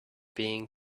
being